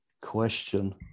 question